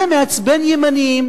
זה מעצבן ימנים.